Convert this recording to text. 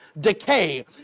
decay